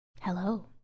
Hello